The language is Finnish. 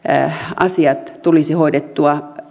asiat tulisi hoidettua